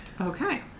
Okay